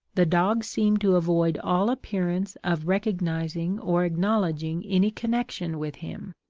the dog seemed to avoid all appearance of recognizing or acknowledging any connexion with him,